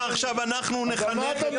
מה, עכשיו אנחנו נחנך את הציבור?